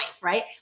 right